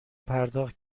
پرداخت